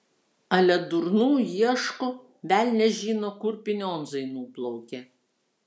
ale durnų ieško velnias žino kur pinionzai nuplaukė